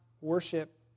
worship